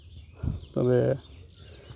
ᱛᱚᱵᱮ